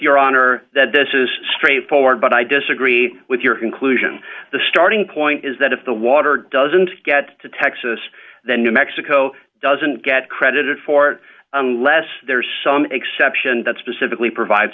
your honor that this is straightforward but i disagree with your conclusion the starting point is that if the water doesn't get to texas the new mexico doesn't get credit for less there's some exception that specifically provide